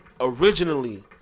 originally